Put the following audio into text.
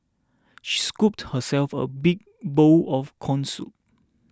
she scooped herself a big bowl of Corn Soup